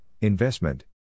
investment